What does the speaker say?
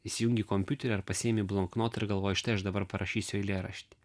įsijungi kompiuterį ar pasiimi bloknotą ir galvoji štai aš dabar parašysiu eilėraštį